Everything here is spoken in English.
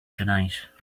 tonight